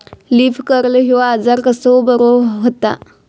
Leaf curl ह्यो आजार कसो बरो व्हता?